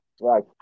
right